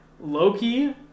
Loki